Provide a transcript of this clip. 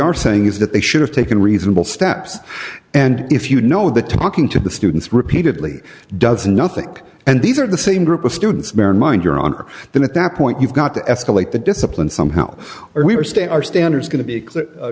are saying is that they should have taken reasonable steps and if you know that talking to the students repeatedly does nothing and these are the same group of students mind your honor then at that point you've got to escalate the discipline somehow or we are state our standards going to be